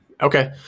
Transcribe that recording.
Okay